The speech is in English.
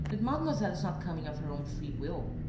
that mademoiselle is not coming of her own free will.